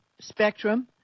Spectrum